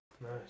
nice